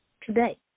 today